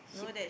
she